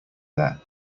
there